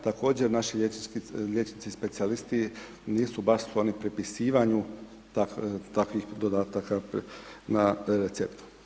Također naši liječnici specijalisti nisu baš skloni pripisivanju takvih dodataka na recept.